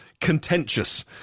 contentious